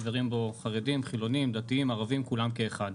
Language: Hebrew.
חברים בו חרדים חילונים דתיים ערבים כולם כאחד.